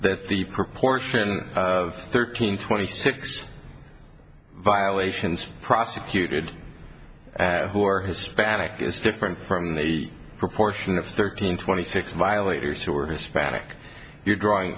that the proportion of thirteen twenty six violations prosecuted who are hispanic is different from the proportion of thirteen twenty six violators who are hispanic you're drawing